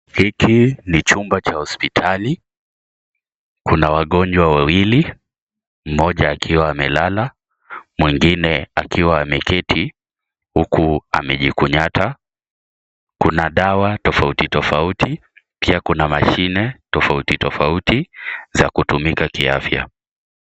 Hiki ni chumba cha hospitali. Kuna wagonjwa wawili mmoja akiwa amelala mwingine akiwa ameketi huku amejikunyata. Kuna dawa tofauti tofauti. Pia kuna mashine tofauti tofauti za kutumika kiafya.